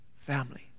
family